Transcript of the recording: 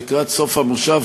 לקראת סוף המושב,